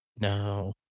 No